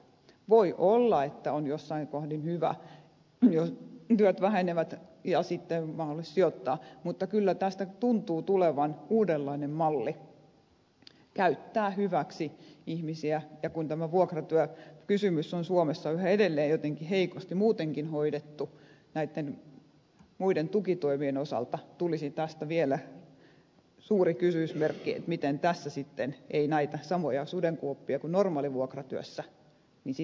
voi olla että on jossain kohdin hyvä jos työt vähenevät ja sitten on mahdollisuus sijoittaa mutta kyllä tästä tuntuu tulevan uudenlainen malli käyttää hyväksi ihmisiä ja kun tämä vuokratyökysymys on suomessa yhä edelleen jotenkin heikosti muutenkin hoidettu näitten muiden tukitoimien osalta tulisi tästä vielä suuri kysymysmerkki miten tässä sitten ei näitä samoja sudenkuoppia kuin normaalivuokratyössä tulisi